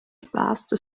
fast